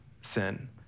sin